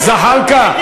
זחאלקה,